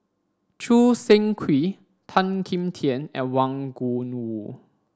Choo Seng Quee Tan Kim Tian and Wang Gungwu